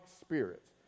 spirits